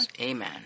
Amen